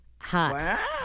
Hot